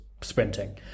sprinting